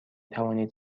توانید